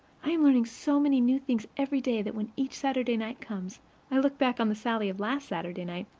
i am learning so many new things every day that when each saturday night comes i look back on the sallie of last saturday night,